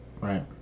Right